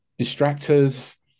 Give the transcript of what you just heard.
distractors